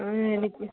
ആ എനിക്ക്